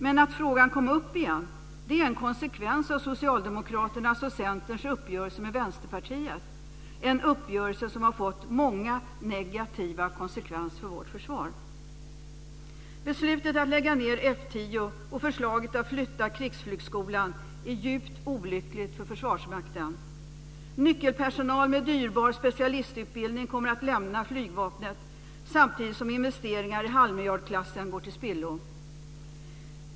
Men att frågan kom upp igen är en konsekvens av Socialdemokraternas och Centerns uppgörelse med Vänsterpartiet - en uppgörelse som har fått många negativa konsekvenser för vårt försvar. Krigsflygskolan är djupt olyckligt för Försvarsmakten. Nyckelpersonal med dyrbar specialistutbildning kommer att lämna flygvapnet, samtidigt som investeringar i halvmiljardklassen går till spillo.